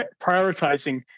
prioritizing